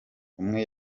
umwe